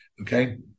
Okay